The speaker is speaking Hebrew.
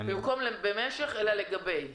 במקום "במשך" "לגבי".